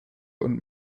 und